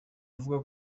avuga